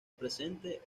presente